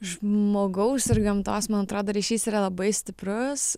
žmogaus ir gamtos man atrodo ryšys yra labai stiprus